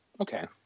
okay